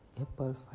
Apple